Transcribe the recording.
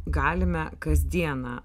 galime kasdieną